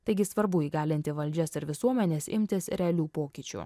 taigi svarbu įgalinti valdžias ir visuomenes imtis realių pokyčių